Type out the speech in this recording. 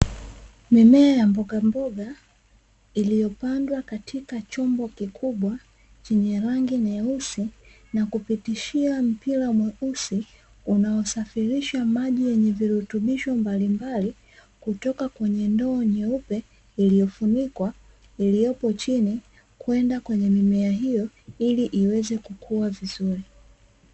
Mimea ya mbogamboga iliyopandwa katika chombo kikubwa chenye rangi nyeusi na kupitishiwa mpira mweusi unaosafirisha maji yenye virutubisho mbalimbali, kutoka kwenye ndoo nyeupe iliyofunikwa iliyoko chini kwenda kwenye mimea hiyo ili iweze kukua vizuri.